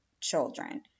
children